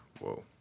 whoa